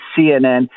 CNN